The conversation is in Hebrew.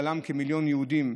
ובכללם כמיליון ילדים,